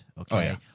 Okay